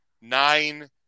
nine